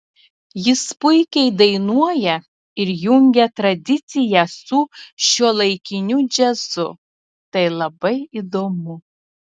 jis puikiai dainuoja ir jungia tradiciją su šiuolaikiniu džiazu tai labai įdomu